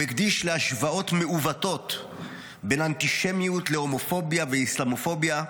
הוא הקדיש להשוואות מעוותות בין אנטישמיות להומופוביה ואסלאמופוביה,